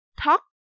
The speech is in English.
talk